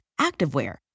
activewear